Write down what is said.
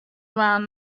dwaan